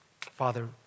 Father